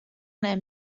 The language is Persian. بودم